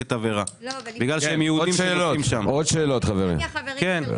החלטת ממשלה מספר 566. אני מבקשת לקיים את הדיון הזה ובמסגרתו נדבר,